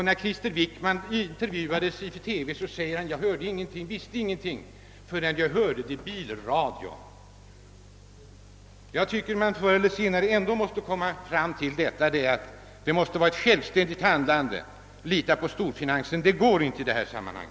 När Krister Wickman intervjuades i TV sade han: »Jag visste ingenting förrän jag hörde det i bilradion». Jag tycker att man från regeringen förr eller senare måste samla sig till ett självständigt handlande. Att lita på storfinansen går inte heller i detta sammanhang.